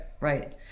right